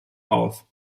auf